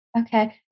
Okay